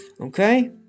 Okay